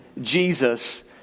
Jesus